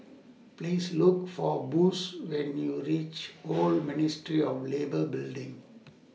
Please Look For Bush when YOU REACH Old Ministry of Labour Building